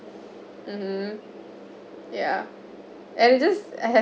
mmhmm ya and it just I had